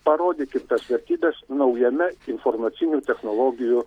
parodykit tas vertybes naujame informacinių technologijų